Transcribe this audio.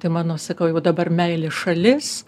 tai mano sakau jau dabar meilės šalis